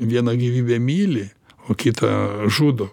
vieną gyvybę myli o kitą žudo